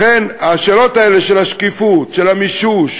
לכן, השאלות האלה של השקיפות, של המישוש,